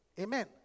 Amen